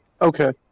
Okay